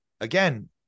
again